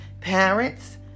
parents